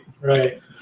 right